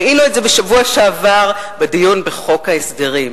ראינו את זה בשבוע שעבר בדיון בחוק ההסדרים.